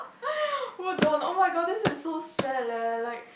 who don't oh my god this is so sad leh like